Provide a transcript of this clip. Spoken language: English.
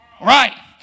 Right